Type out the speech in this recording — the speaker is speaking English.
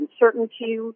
uncertainty